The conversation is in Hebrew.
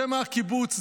זה מהקיבוץ,